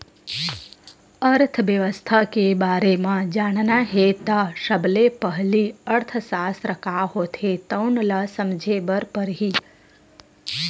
अर्थबेवस्था के बारे म जानना हे त सबले पहिली अर्थसास्त्र का होथे तउन ल समझे बर परही